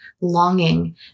longing